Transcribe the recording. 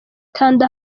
kanda